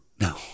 no